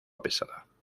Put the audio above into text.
pesada